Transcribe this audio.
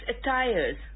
attires